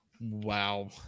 Wow